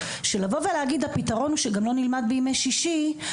שלבוא ולהגיד הפתרון הוא שגם לא נלמד בימי שישי.